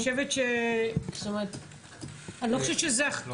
אני לא חושבת שזה המקום